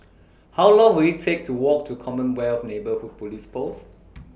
How Long Will IT Take to Walk to Commonwealth Neighbourhood Police Post